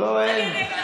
לא, אין.